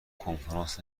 کنفرانس